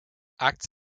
acts